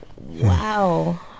wow